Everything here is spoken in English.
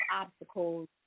obstacles